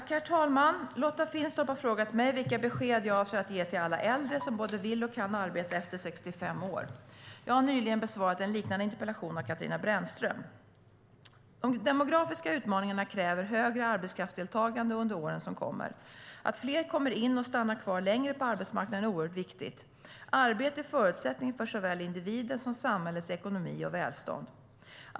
Herr talman! Lotta Finstorp har frågat mig vilka besked jag avser att ge till alla äldre som både vill och kan arbeta efter 65 år. Jag har nyligen besvarat en liknande interpellation av Katarina Brännström. De demografiska utmaningarna kräver högre arbetskraftsdeltagande under åren som kommer. Att fler kommer in och stannar kvar längre på arbetsmarknaden är oerhört viktigt. Arbete är förutsättningen för såväl individens som samhällets ekonomi och välstånd.